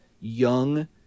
young